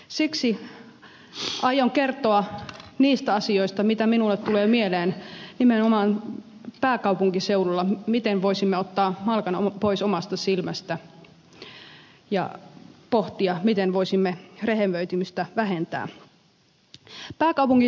siksi aion kertoa niistä asioista mitä minulle tulee mieleen nimenomaan pääkaupunkiseudulta miten voisimme ottaa malan pois omasta silmästä ja pohtia miten voisimme rehevöitymistä vähentää